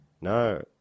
no